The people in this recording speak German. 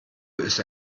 ist